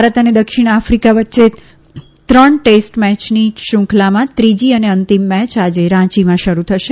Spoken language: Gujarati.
ભારત અને દક્ષિણ આફિકા વચ્ચે ત્રણ ટેસ્ટ મેચની શ્રંખલામાં ત્રીજી અને અંતિમ મેચ આજે રાં ચીમાં શરૂ થશે